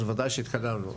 אז בוודאי שהתקדמנו.